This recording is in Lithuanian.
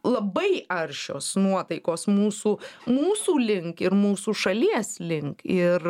labai aršios nuotaikos mūsų mūsų link ir mūsų šalies link ir